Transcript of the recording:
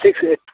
six eight